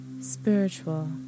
spiritual